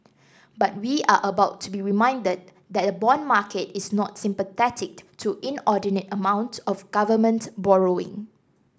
but we are about to be reminded that the bond market is not sympathetic to inordinate amounts of government borrowing